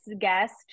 guest